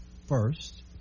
first